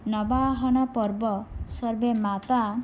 नबाहन पर्ब सर्वे माता